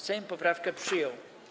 Sejm poprawkę przyjął.